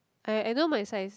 I I know my size